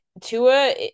Tua